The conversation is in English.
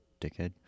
dickhead